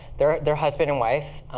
they're they're husband and wife,